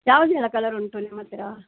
ಯಾವುದೆಲ colour ಉಂಟು ನಿಮ್ಮ ಹತ್ರ